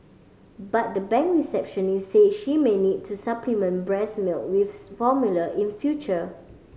but the bank receptionist said she may need to supplement breast milk with formula in future